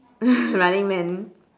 running man